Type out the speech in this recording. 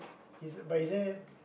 he say but he said